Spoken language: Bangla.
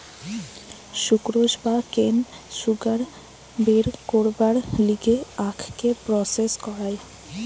সুক্রোস বা কেন সুগার বের করবার লিগে আখকে প্রসেস করায়